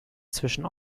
zwischen